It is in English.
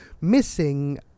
missing